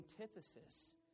antithesis